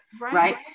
Right